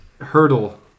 Hurdle